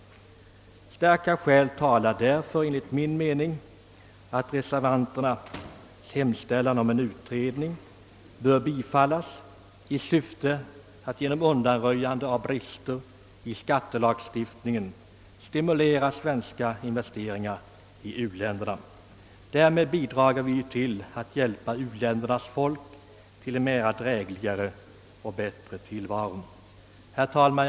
Starka skäl talar således enligt reservanternas uppfattning för en utredning i syfte att genom undanröjande av brister i skattelagstiftningen stimulera svenska investeringar i u-länderna. Därmed bidrar vi till att hjälpa u-ländernas folk till en bättre och drägligare tillvaro. Herr talman!